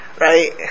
Right